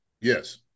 Yes